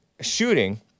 shooting